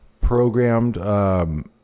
programmed